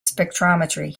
spectrometry